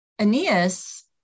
Aeneas